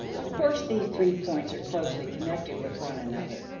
of course these three points are closely connected with one another.